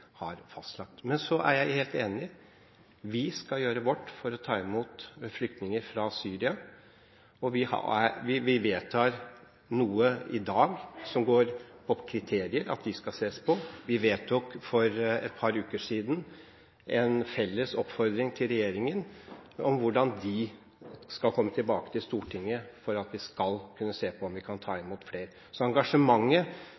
har fastlagt. Men så er jeg helt enig: Vi skal gjøre vårt for å ta imot flyktninger fra Syria. Vi vedtar noe i dag, som går på at kriteriene skal ses på. Vi vedtok for et par uker siden en felles oppfordring til regjeringen om hvordan den skal komme tilbake til Stortinget for at vi skal kunne se på om vi kan ta